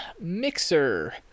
Mixer